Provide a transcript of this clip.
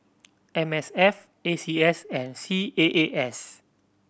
M S F A C S and C A A S